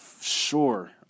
Sure